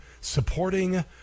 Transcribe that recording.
supporting